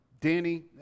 Danny